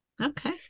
Okay